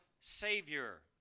Savior